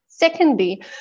Secondly